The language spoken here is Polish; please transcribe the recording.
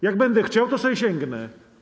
Jak będę chciał, to sobie sięgnę.